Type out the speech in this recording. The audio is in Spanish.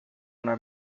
una